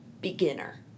beginner